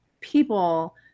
people